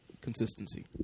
Consistency